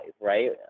right